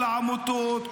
כל העמותות,